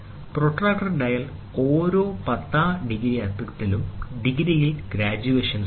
protractor dial ഓരോ പത്താം degree അക്കത്തിലും ഡിഗ്രിയിൽ ഗ്രാജുവേഷൻ ഉണ്ട്